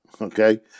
Okay